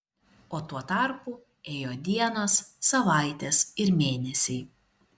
o tuo tarpu ėjo dienos savaitės ir mėnesiai